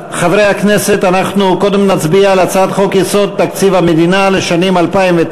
אנחנו קודם נצביע על הצעת חוק-יסוד: תקציב המדינה לשנים 2009